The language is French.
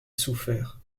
souffert